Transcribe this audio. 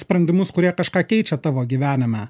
sprendimus kurie kažką keičia tavo gyvenime